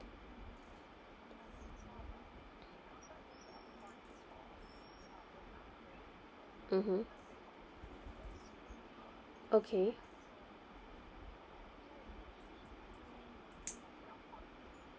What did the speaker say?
mmhmm okay